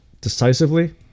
decisively